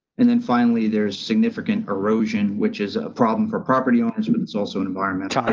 and then finally, there's significant erosion which is a problem for property owners, but it's also an environment. time.